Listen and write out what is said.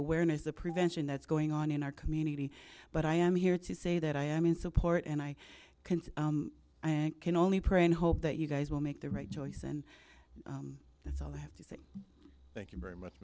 awareness the prevention that's going on in our community but i am here to say that i am in support and i can i can only pray and hope that you guys will make the right choice and that's all i have to say thank you very much